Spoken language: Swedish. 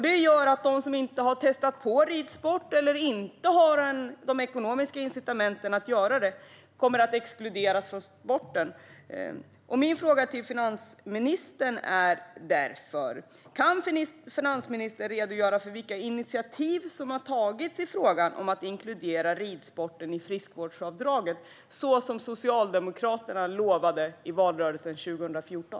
Det gör att de som inte har testat på ridsport eller inte har de ekonomiska möjligheterna att göra det exkluderas från sporten. Min fråga till finansministern är därför: Kan finansministern redogöra för vilka initiativ som har tagits för att inkludera ridsporten i friskvårdsavdraget, så som Socialdemokraterna lovade i valrörelsen 2014?